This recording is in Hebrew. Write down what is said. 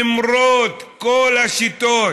למרות כל השיטות